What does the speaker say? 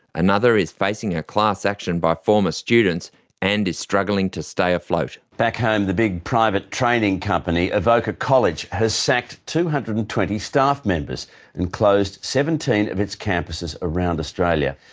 another is facing a class action by former students and is struggling to stay afloat. back home the big private training company evocca college has sacked two hundred and twenty staff members and closed seventeen of its campuses around australia.